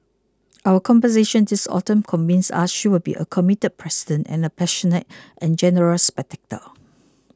our conversations this autumn convince us she will be a committed president and a passionate and generous spectator